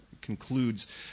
concludes